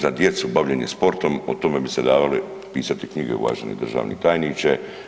za djecu bavljenje sportom, a tome bi se dalo pisati knjige, uvaženi državni tajniče.